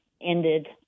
ended